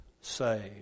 saved